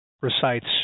recites